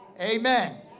Amen